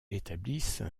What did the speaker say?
établissent